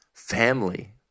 family